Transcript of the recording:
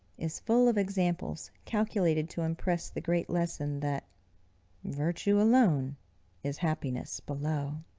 is full of examples calculated to impress the great lesson that virtue alone is happiness below.